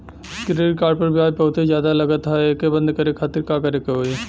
Credit card पर ब्याज बहुते ज्यादा लगत ह एके बंद करे खातिर का करे के होई?